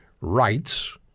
rights